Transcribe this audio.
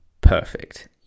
perfect